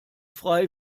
frei